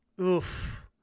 oof